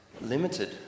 limited